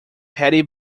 petty